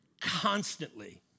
constantly